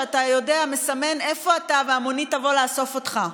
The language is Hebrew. שאתה מסמן איפה אתה והמונית תבוא לאסוף אותך.